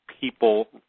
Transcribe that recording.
people –